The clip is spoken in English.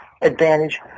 advantage